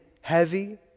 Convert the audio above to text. heavy